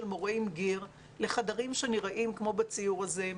מורה עם גיר לחדרים שנראים כמו בציור הזה,